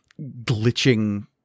glitching